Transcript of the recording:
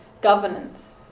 governance